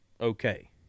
okay